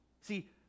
See